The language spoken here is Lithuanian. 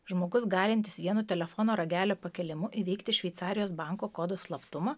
žmogus galintis vienu telefono ragelio pakėlimu įveikti šveicarijos banko kodų slaptumą